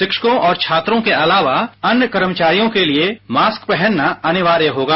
शिक्षको और छात्रों के अलावा अन्य कर्मचारियों के लिए मास्क पहना अनिवाय होगा